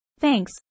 Thanks